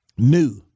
New